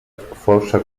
força